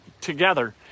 together